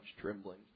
trembling